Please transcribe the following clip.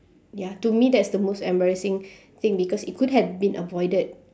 ya to me that is the most embarrassing thing because it could have been avoided